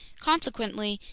consequently,